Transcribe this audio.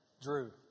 Drew